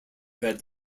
had